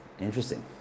Interesting